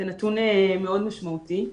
זה נתון מאוד משמעותי.